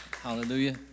Hallelujah